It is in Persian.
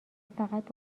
فقط